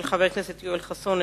של חבר הכנסת יואל חסון,